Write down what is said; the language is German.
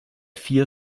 vier